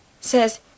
says